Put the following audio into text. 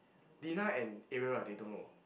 Dina and Ariel right they don't know